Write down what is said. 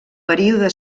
període